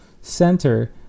center